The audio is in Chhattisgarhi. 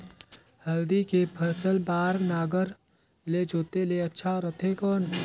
हल्दी के फसल बार नागर ले जोते ले अच्छा रथे कौन?